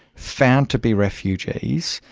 found to be refugees,